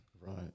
right